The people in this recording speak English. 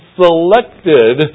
selected